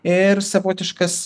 ir savotiškas